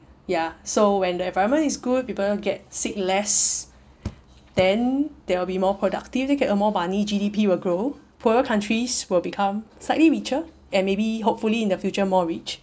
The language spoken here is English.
ya so when the environment is good people get sick less then there will be more productive then they can earn more money G_D_P will grow poorer countries will become slightly richer and maybe hopefully in the future more rich